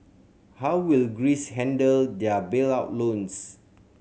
how will Greece handle their bailout loans